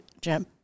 Jim